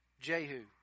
Jehu